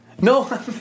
No